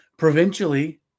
Provincially